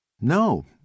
No